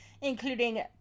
including